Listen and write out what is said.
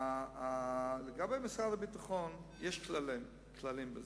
לגבי משרד הביטחון, יש כללים בזה.